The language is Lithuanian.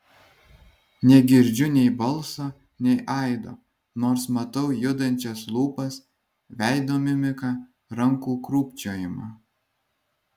negirdžiu nei balso nei aido nors matau judančias lūpas veido mimiką rankų krūpčiojimą